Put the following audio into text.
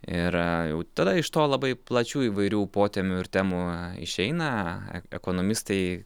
ir jau tada iš to labai plačių įvairių potemių ir temų išeina ekonomistai